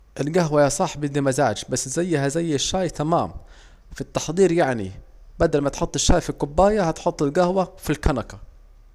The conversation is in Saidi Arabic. الجهوة يا صاحبي دي مزاج بس زيها زي الشاي تمام، في التحضير يعني، بدل ما تحط الشاي في الكوباية هتحط الجهوة في الكنكة